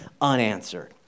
unanswered